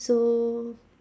so